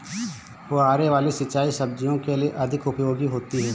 फुहारे वाली सिंचाई सब्जियों के लिए अधिक उपयोगी होती है?